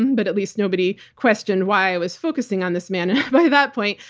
and but at least nobody questioned why i was focusing on this man and by that point.